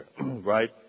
right